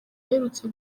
aherutse